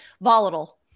Volatile